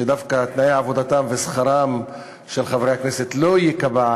שדווקא תנאי עבודתם ושכרם של חברי הכנסת לא ייקבעו